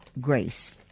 Grace